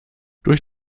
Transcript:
durch